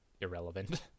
irrelevant